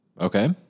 Okay